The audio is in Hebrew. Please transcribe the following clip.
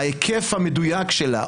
ההיקף המדויק שלה,